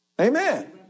Amen